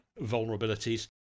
vulnerabilities